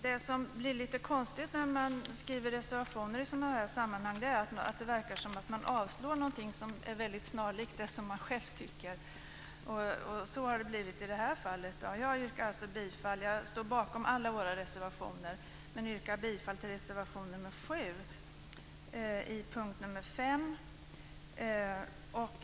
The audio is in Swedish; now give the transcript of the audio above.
Det som blir lite konstigt när man skriver reservationer i sådana här sammanhang är att det verkar som om man avstyrker någonting som är snarlikt det man själv tycker. Så har det blivit i det här fallet. Jag står bakom alla våra reservationer men yrkar alltså bifall till reservation nr 7 under punkt 5.